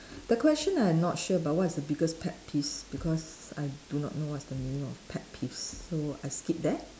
the question I'm not sure about what is your biggest pet peeves because I do not know what's the meaning of pet peeves so I skip that